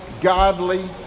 godly